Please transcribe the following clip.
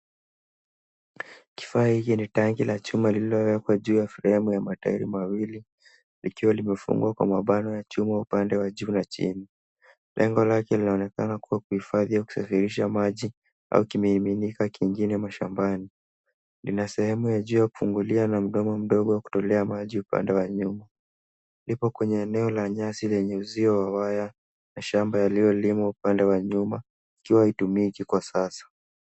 Kifaa hiki ni tangi la chuma lililo wekwa juu ya fremu ya matairi mawili likiwa limefungwa kwa mabano ya chuma upande wa juu na chini. Lengo lake linaonekana kuwa kuhifadhi au kusafirisha maji au kimeinimika kingine mashambani, lina sehemu ya juu ya kufungulia na mdomo ndogo wa kutolea maji upande wa nyuma. Lipo kwenye eneo la nyasi wenye uzio wa waya na shamba iliyo limwa upande wa nyuma ikiwa hitumiki kwa sasa.